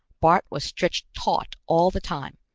bart was stretched taut all the time,